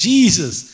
Jesus